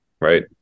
right